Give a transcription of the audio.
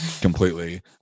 completely